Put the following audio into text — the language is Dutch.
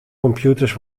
computers